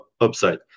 upside